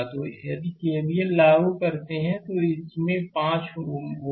तो यदि केवीएल लागू करते हैं तो यह इस में 5 होगा